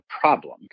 problem